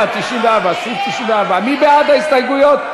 94, סליחה, 94. מי בעד ההסתייגויות?